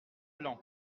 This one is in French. blanc